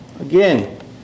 Again